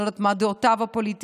לא יודעת מה דעותיו הפוליטיות,